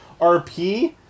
RP